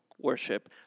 worship